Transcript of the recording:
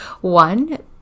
one